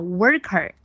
worker